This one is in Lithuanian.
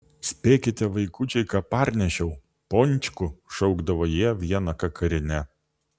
spėkite vaikučiai ką parnešiau pončkų šaukdavo jie viena kakarine